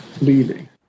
leaving